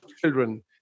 children